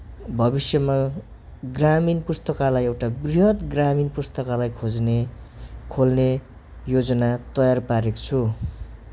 भविष्यमा ग्रामीण पुस्तकालय एउटा वृहत् ग्रामीण पुस्तकालय खोज्ने खोल्ने योजना तयार पारेको छु